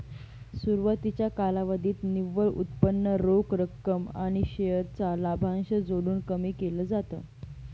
सुरवातीच्या कालावधीत निव्वळ उत्पन्न रोख रक्कम आणि शेअर चा लाभांश जोडून कमी केल जात